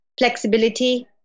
flexibility